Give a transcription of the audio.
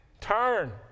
turn